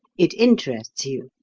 it interests you.